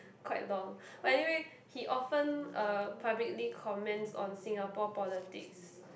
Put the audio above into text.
quite long but anyway he often uh publicly comments on Singapore politics